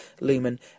Lumen